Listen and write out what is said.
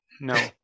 No